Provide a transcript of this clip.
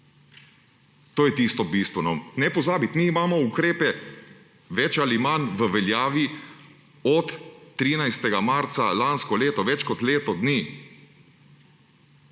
To je tisto bistveno. Ne pozabiti, mi imamo ukrepe bolj ali manj v veljavi od 13. marca lansko leto, več kot leto dni,